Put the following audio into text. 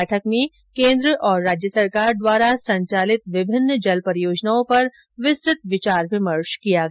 बैठक में केन्द्र और राज्य सरकार द्वारा संचालित विभिन्न जल परियोजनाओं पर विस्तृत विचार विमर्श किया गया